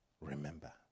remember